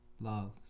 loves